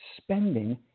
spending